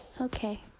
Okay